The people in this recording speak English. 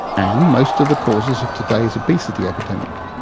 and most of the causes of today's obesity epidemic.